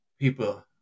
people